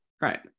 Right